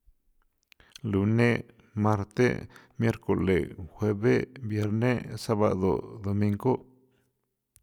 Lune', marte', miercole', jueve', vierne', sabado', domingo'.